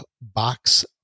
box